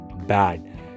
bad